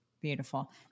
Beautiful